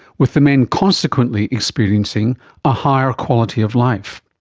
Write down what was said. with the men consequently experiencing a higher quality of life.